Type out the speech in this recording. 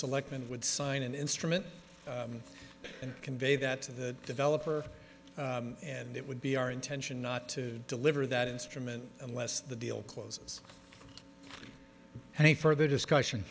select and would sign an instrument and convey that to the developer and it would be our intention not to deliver that instrument unless the deal closes and a further discussion